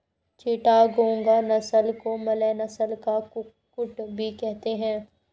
चिटागोंग नस्ल को मलय नस्ल का कुक्कुट भी कहते हैं